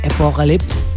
Apocalypse